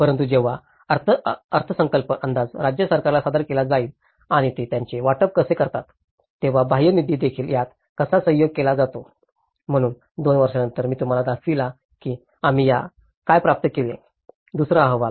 परंतु जेव्हा अर्थसंकल्प अंदाज राज्य सरकारला सादर केला जाईल आणि ते त्याचे वाटप कसे करतात तेव्हा बाह्य निधी देखील यात कसा सहयोग केला जातो म्हणून 2 वर्षानंतर मी तुम्हाला दाखविला की आम्ही काय प्राप्त केले दुसरा अहवाल